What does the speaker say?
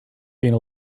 being